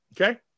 okay